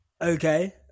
okay